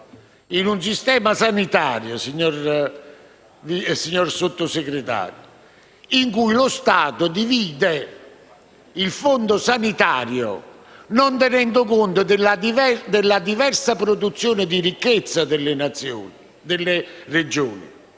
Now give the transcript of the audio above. in un sistema sanitario in cui lo Stato divide il Fondo sanitario non tenendo conto della diversa produzione di ricchezza delle Regioni.